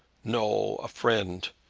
no a friend.